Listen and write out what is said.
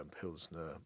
Pilsner